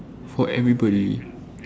for everybody